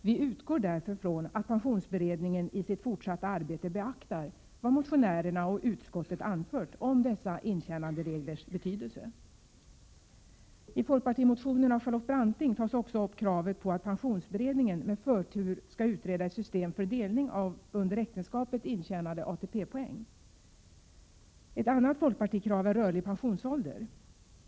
Vi utgår därför från att pensionsberedningen i sitt fortsatta arbete beaktar vad motionärerna och utskottet anfört om dessa intjänandereglers betydelse. I folkpartimotionen av Charlotte Branting tas också upp kravet på att pensionsberedningen med förtur skall utreda ett system för delning av under äktenskapet intjänade ATP-poäng. Ett annat folkpartikrav är rörlig pensionsålder.